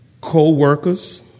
co-workers